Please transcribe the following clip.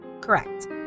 Correct